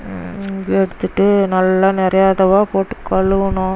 எடுத்துவிட்டு நல்லா நிறையா தவோ போட்டு கழுவணும்